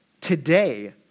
today